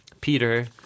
Peter